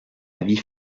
avis